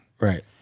right